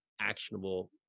actionable